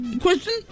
question